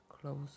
close